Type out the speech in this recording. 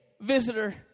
visitor